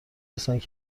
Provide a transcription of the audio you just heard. هستند